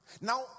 Now